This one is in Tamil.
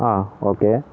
ஆ ஓகே